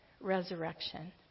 resurrection